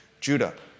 Judah